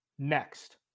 Next